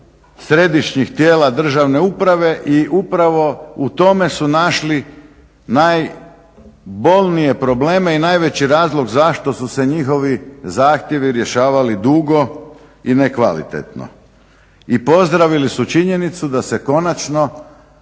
središnjih tijela državne uprave i upravo u tome su našli najbolnije probleme i najveći razlog zašto su se njihovi zahtjevi rješavali dugo i nekvalitetno i pozdravili su činjenicu da se konačno